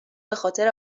بخاطر